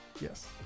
Yes